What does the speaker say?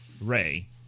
Ray